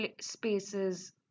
spaces